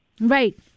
Right